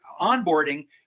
onboarding